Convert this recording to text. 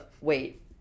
wait